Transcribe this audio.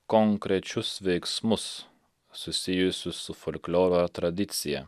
konkrečius veiksmus susijusius su folklioro tradicija